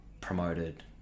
promoted